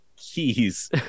Keys